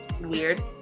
weird